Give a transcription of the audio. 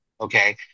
Okay